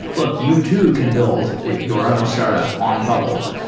look. you too can build your own startup on bubble.